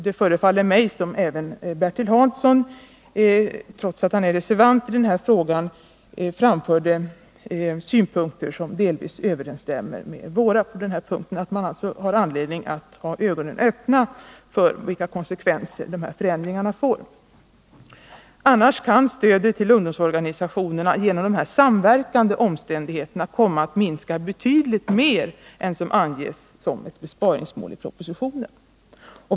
Det förefaller mig som om även Bertil Hansson, trots att han är reservant i denna fråga, framför synpunkter som delvis överensstämmer med våra — att man alltså har anledning att ha ögonen öppna för vilka konsekvenser förändringarna får. Annars kan stödet till ungdomsorganisationerna genom dessa samverkande omständigheter komma att minska betydligt mer än vad som anges som ett besparingsmål i propositionen.